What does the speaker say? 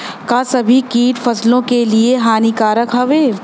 का सभी कीट फसलों के लिए हानिकारक हवें?